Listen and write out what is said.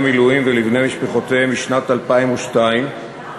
מילואים ולבני משפחותיהם משנת 2002 מסמיך,